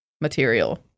material